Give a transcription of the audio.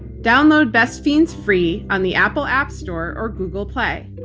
download best fiends free on the apple app store or google play.